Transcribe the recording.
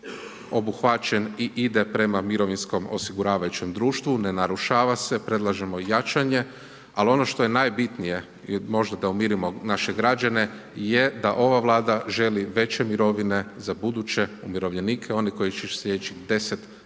obuhvaćen i ide prema mirovinskom osiguravajućem društvu, ne narušava se, predlažemo jačanje, ali ono što je najbitnije i možda da umirimo naše građane je da ova Vlada želi veće mirovine za buduće umirovljenike, one koji će ići slijedećih 10-15